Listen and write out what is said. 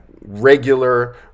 regular